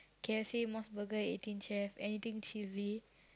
K_F_C Mos-Burger and Eighteen-Chef anything cheesy